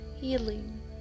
healing